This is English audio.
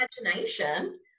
imagination